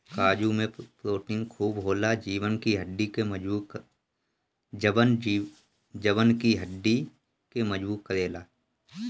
काजू में प्रोटीन खूब होला जवन की हड्डी के मजबूत करेला